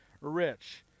rich